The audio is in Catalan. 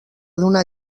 donar